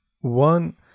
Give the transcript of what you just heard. one